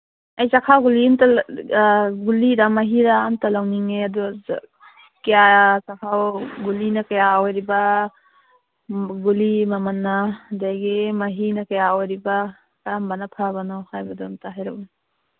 ꯑꯩ ꯆꯥꯛꯈꯥꯎ ꯒꯨꯂꯤ ꯑꯝꯇ ꯒꯨꯂꯤꯔꯥ ꯃꯍꯤꯔꯥ ꯑꯝꯇ ꯂꯧꯅꯤꯡꯉꯤ ꯑꯗꯨ ꯀꯌꯥ ꯆꯥꯛꯈꯥꯎ ꯒꯨꯂꯤꯅ ꯀꯌꯥ ꯑꯣꯏꯔꯤꯕ ꯒꯨꯂꯤ ꯃꯃꯟꯅ ꯑꯗꯒꯤ ꯃꯍꯤ ꯀꯌꯥ ꯑꯣꯏꯔꯤꯕ ꯀꯔꯝꯕꯅ ꯐꯕꯅꯣ ꯍꯥꯏꯕꯗꯨ ꯑꯝꯇ ꯍꯥꯏꯔꯛꯎꯅꯦ